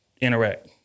interact